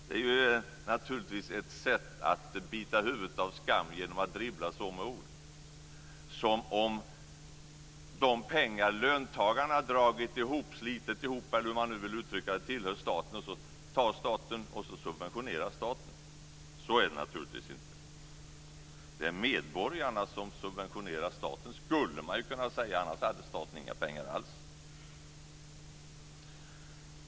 Det är naturligtvis ett sätt att bita huv'et av skam att dribbla så med ord - som om de pengar som löntagarna har slitit ihop tillhör staten, som staten tar och använder för subventioner. Så är det naturligtvis inte. Det är medborgarna som subventionerar staten, skulle man kunna säga. Annars hade staten inga pengar alls.